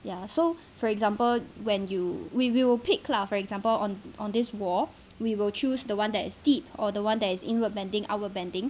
ya so for example when you we will pick lah for example on on this wall we will choose the one that is steep or the one that is inward bending outward bending